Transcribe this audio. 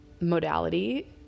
modality